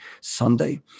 Sunday